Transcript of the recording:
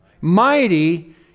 Mighty